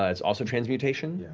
ah it's also transmutation,